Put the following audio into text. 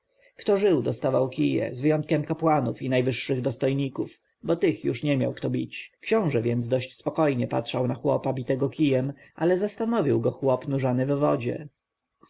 żył dostawał kije z wyjątkiem kapłanów i najwyższych dostojników bo tych już nie miał kto bić książę więc dość spokojnie patrzył na chłopa bitego kijem ale zastanowił go chłop nurzany w wodzie